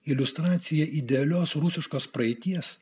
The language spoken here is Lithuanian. iliustracija idealios rusiškos praeities